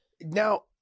Now